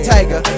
Tiger